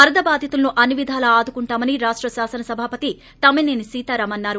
వరదబాధితులను అన్ని విధాల ఆదుకుంటామని రాష్ట శాసన సభాపతి తమ్మినేని సీతారాం అన్నారు